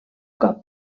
cop